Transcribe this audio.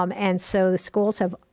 um and so the schools have,